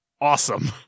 awesome